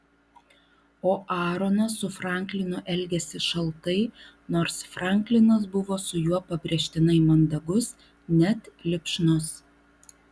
o aaronas su franklinu elgėsi šaltai nors franklinas buvo su juo pabrėžtinai mandagus net lipšnus